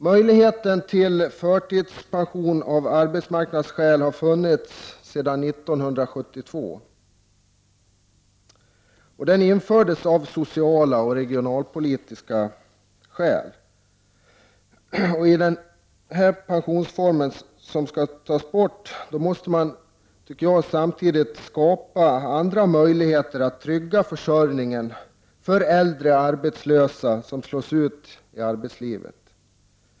Möjligheten till förtidspension av arbetsmarknadsskäl har funnits sedan 1972 och infördes av sociala och regionalpolitiska skäl. Om denna pensionsform skall tas bort måste man samtidigt tillskapa andra möjligheter att trygga försörjningen för äldre arbetslösa som slås ut från arbetslivet.